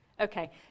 Okay